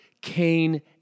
Cain